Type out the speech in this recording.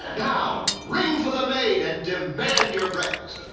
now ring for the maid and demand your breakfast.